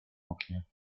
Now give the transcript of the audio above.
oknie